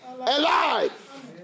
alive